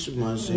mas